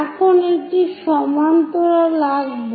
এখন একটি সমান্তরাল আঁকব